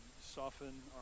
soften